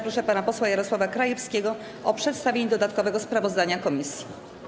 Proszę pana posła Jarosława Krajewskiego o przedstawienie dodatkowego sprawozdania komisji.